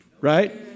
Right